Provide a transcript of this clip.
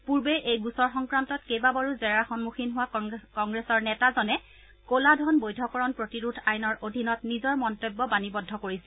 পূৰ্বেই এই গোচৰ সংক্ৰান্তত কেইবাবাৰো জেৰাৰ সন্মুখীন হোৱা কংগ্ৰেছৰ নেতাজনে কলা ধন বৈধকৰণ প্ৰতিৰোধ আইনৰ অধীনত নিজৰ মন্তব্য বাণীবদ্ধ কৰিছিল